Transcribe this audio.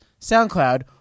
SoundCloud